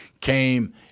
came